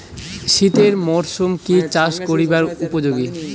শীতের মরসুম কি চাষ করিবার উপযোগী?